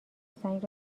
سنگ